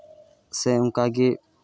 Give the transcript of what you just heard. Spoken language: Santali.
ᱥᱮ ᱚᱱᱠᱟ ᱜᱮ